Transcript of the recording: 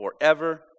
forever